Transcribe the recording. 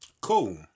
Cool